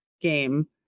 game